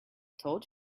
told